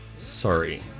Sorry